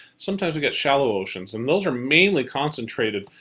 sometimes we get shallow oceans and those are mainly concentrated,